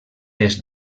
est